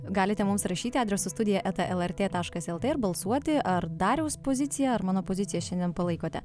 galite mums rašyti adresu studija eta lrt taškas lt ir balsuoti ar dariaus pozicija ar mano pozicija šiandien palaikote